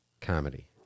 Comedy